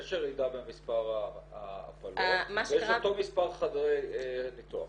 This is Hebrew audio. יש ירידה במספר ההפלות ויש אותו מספר חדרי ניתוח נכון?